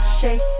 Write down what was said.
shake